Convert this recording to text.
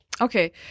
Okay